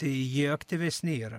tai jie aktyvesni yra